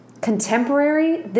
Contemporary